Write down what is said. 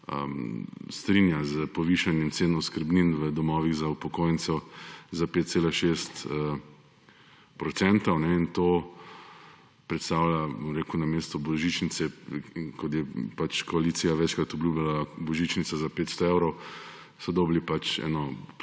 strinja s povišanjem cen oskrbnin v domovih za upokojence za 5,6 procenta. In to predstavlja, bom rekel, namesto božičnice, kot je pač koalicija večkrat obljubljala božičnico za 500 evrov, so dobili pač